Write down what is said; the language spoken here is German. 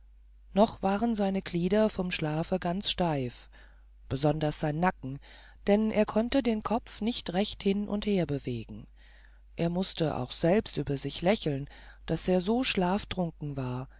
noch waren seine glieder vom schlafe ganz steif besonders sein nacken denn er konnte den kopf nicht recht hin und her bewegen er mußte auch selbst über sich lächeln daß er so schlaftrunken war